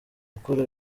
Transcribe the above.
gukora